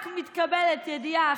רק מתקבלת ידיעה,